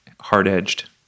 hard-edged